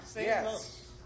Yes